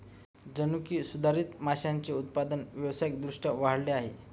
जनुकीय सुधारित माशांचे उत्पादन व्यावसायिक दृष्ट्या वाढले आहे